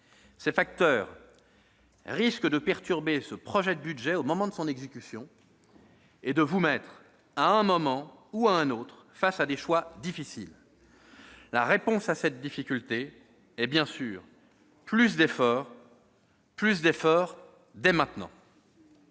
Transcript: Ces facteurs risquent de perturber ce projet de budget au moment de son exécution et de vous mettre, à un moment ou à un autre, face à des choix difficiles. La réponse à cette difficulté est bien sûr plus d'efforts, plus d'efforts dès maintenant